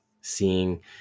seeing